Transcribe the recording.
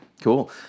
Cool